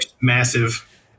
massive